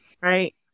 Right